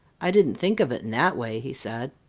i didn't think of it in that way, he said.